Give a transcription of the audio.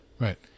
Right